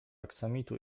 aksamitu